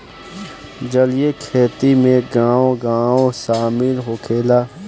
जलीय खेती में गाँव गाँव शामिल होखेला